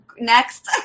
Next